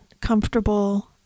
comfortable